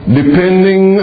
depending